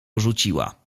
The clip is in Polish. rzuciła